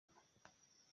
inyuma